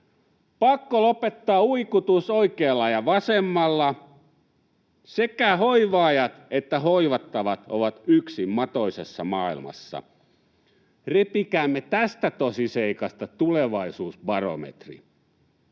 Pakko lopettaa uikutus oikealla ja vasemmalla. Sekä hoivaajat että hoivattavat ovat yksin matoisessa maailmassa. Repikäämme tästä tosiseikasta tulevaisuusbarometri,